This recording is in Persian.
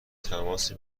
تماس